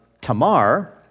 Tamar